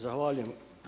Zahvaljujem.